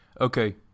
Okay